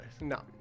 No